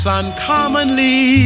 uncommonly